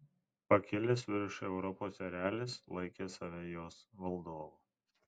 pakilęs virš europos erelis laikė save jos valdovu